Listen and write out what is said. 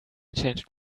changed